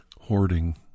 hoarding